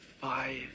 five